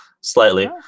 slightly